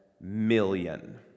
million